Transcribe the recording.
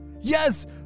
Yes